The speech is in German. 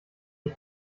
die